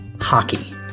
hockey